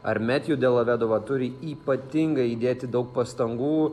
ar metju delavedova turi ypatingai įdėti daug pastangų